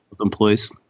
employees